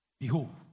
Behold